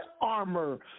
armor